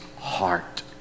heart